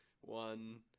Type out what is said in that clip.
one